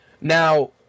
Now